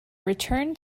return